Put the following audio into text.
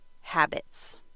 habits